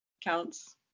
counts